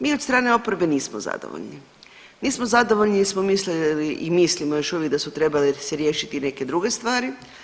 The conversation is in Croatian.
Mi od strane oporbe nismo zadovoljni, nismo zadovoljni jer smo mislili i mislimo još uvijek da su trebale se riješiti i neke druge stvari.